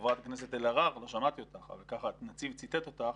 שחברת הכנסת אלהרר לא שמעתי אותך אבל ככה הנציב ציטט אותך